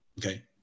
okay